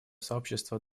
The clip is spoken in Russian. сообщество